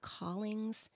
callings